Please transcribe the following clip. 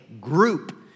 group